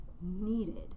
needed